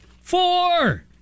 Four